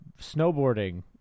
snowboarding